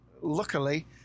luckily